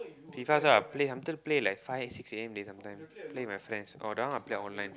see first lah play until play like five eight six a_m they sometimes play with my friends oh that one I play online